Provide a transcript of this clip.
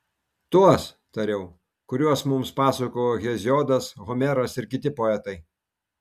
tuos tariau kuriuos mums pasakojo heziodas homeras ir kiti poetai